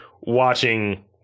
watching